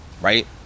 right